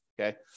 okay